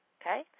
Okay